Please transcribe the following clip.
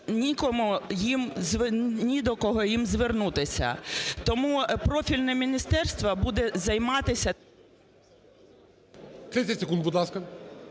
ні до кого їм звернутися. Тому профільне міністерство буде займатися… ГОЛОВУЮЧИЙ. 30 секунд, будь ласка.